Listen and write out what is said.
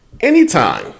anytime